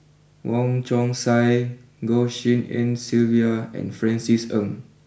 Wong Chong Sai Goh Tshin En Sylvia and Francis Ng